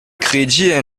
crédit